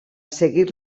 seguir